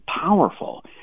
powerful